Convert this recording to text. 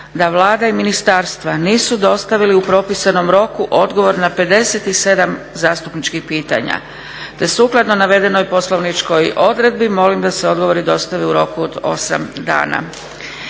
da Vlada i ministarstva nisu dostavili u propisanom roku odgovor na 57 zastupničkih pitanja te sukladno navedenoj poslovničkoj odredbi molim da se odgovori dostave u roku od 8 dana.